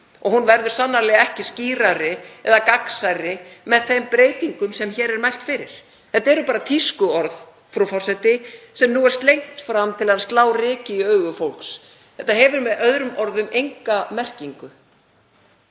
og hún verður sannarlega ekki skýrari eða gagnsærri með þeim breytingum sem hér er mælt fyrir. Þetta eru bara tískuorð, frú forseti, sem nú er slengt fram til að slá ryki í augu fólks. Þetta hefur með öðrum orðum enga merkingu.